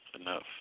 enough